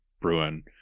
Bruin